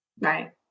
Right